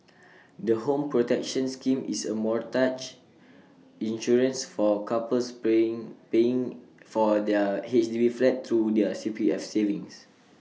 the home protection scheme is A mortgage insurance for couples playing paying for their H D B flat through their C P F savings